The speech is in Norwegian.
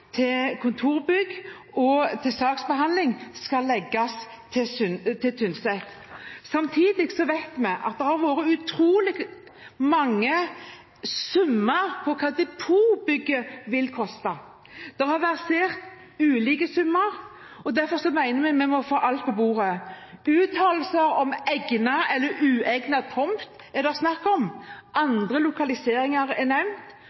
administrasjonen, kontorbygg og saksbehandling skal legges til Tynset. Samtidig vet vi at det har versert utrolig mange summer om hva depotbygget vil koste. Det har versert ulike summer, og derfor mener vi at vi må få alt på bordet. Egnet eller uegnet tomt har det vært snakk om, og andre lokaliseringer er nevnt.